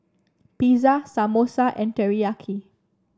Pizza Samosa and Teriyaki